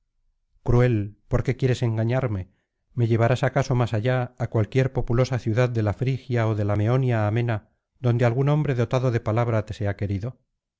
cruel por qué quieres engañarme me llevarás acaso más allá á cualquier populosa ciudad de la frigia ó de la meonia amena donde algún hombre dotado de palabra te sea querido